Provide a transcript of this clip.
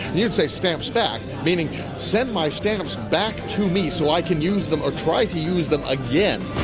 you'd say stamps back, meaning send my stamps back to me, so i can use them or try to use them again.